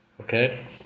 Okay